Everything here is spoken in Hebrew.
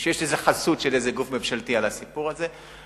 שיש איזושהי חסות של איזשהו גוף ממשלתי על הסיפור הזה.